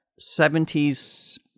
70s